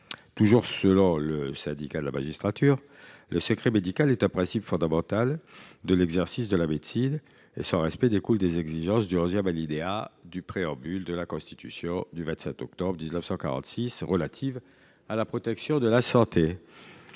Selon ledit syndicat, le secret médical est un principe fondamental de l’exercice de la médecine dont le respect découle des exigences du onzième alinéa du préambule de la Constitution du 27 octobre 1946, relatives à la protection de la santé.